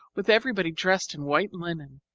with everybody dressed in white linen,